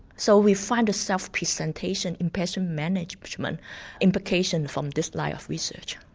so we find a self-presentation impression management implication from this line of research.